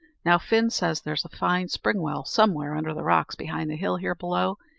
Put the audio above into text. now, fin says there's a fine spring-well somewhere under the rocks behind the hill here below,